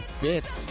bits